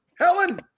Helen